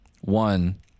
one